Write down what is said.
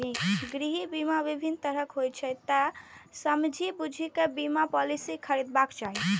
गृह बीमा विभिन्न तरहक होइ छै, तें समझि बूझि कें बीमा पॉलिसी खरीदबाक चाही